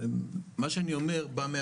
מה שאני אומר בא מהשטח.